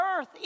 earth